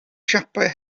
siapau